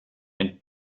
and